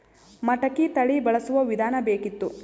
ಮಟಕಿ ತಳಿ ಬಳಸುವ ವಿಧಾನ ಬೇಕಿತ್ತು?